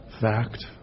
fact